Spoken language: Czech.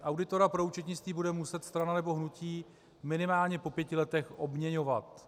Auditora pro účetnictví bude muset strana nebo hnutí minimálně po pěti letech obměňovat.